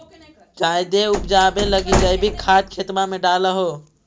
जायदे उपजाबे लगी जैवीक खाद खेतबा मे डाल हो?